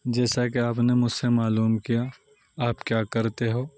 جیسا کہ آپ نے مجھ سے معلوم کیا آپ کیا کرتے ہو